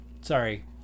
sorry